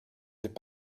n’est